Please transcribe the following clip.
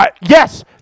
Yes